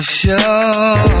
show